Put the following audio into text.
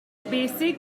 basic